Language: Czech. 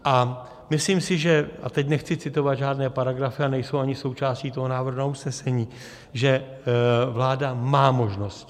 A myslím si, že a teď nechci citovat žádné paragrafy a nejsou ani součástí návrhu na usnesení že vláda má možnosti.